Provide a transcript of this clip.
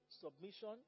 submission